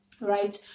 right